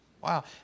Wow